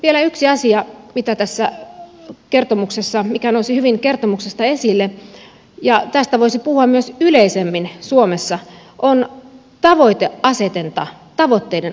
vielä yksi asia mikä nousi hyvin kertomuksesta esille ja mistä voisi puhua myös yleisemmin suomessa on tavoiteasetanta tavoitteiden asettaminen